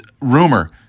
rumor